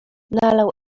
nalał